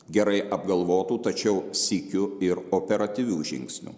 gerai apgalvotų tačiau sykiu ir operatyvių žingsnių